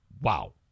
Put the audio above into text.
Wow